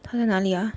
他在哪里啊